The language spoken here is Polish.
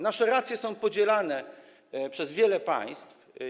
Nasze racje są podzielane przez wiele państw.